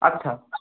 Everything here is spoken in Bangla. আচ্ছা